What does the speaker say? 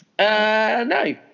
No